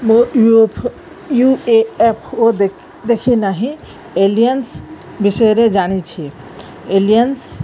ମୋ U F UFO ଦେଖି ନାହିଁ ଏଲିଏନ୍ସ ବିଷୟରେ ଜାଣିଛି ଏଲିଏନ୍ସ